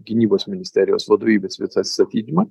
gynybos ministerijos vadovybės visą atsistatydinimą